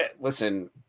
listen